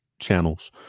channels